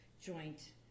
joint